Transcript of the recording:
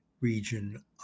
region